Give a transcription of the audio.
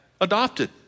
adopted